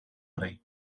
rey